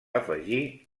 afegir